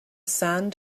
sand